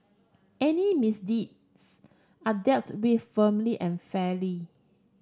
any misdeeds are dealt with firmly and fairly